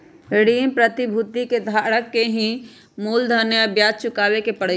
ऋण प्रतिभूति के धारक के ही मूलधन आ ब्याज चुकावे के परई छई